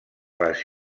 les